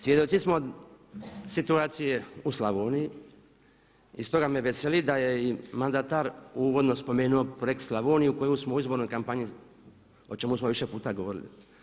Svjedoci smo situacije u Slavoniji, i stoga me veseli da je mandatar uvodno spomenuo projekt Slavoniju koju smo u izbornoj kampanji o čemu smo više puta govorili.